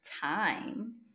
time